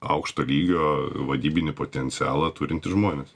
aukšto lygio vadybinį potencialą turintys žmonės